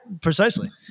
precisely